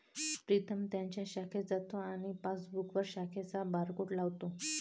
प्रीतम त्याच्या शाखेत जातो आणि पासबुकवर शाखेचा बारकोड लावतो